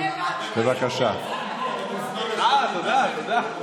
אני רואה שאתם רוצים לעשות מסיבת חנוכה פה עכשיו,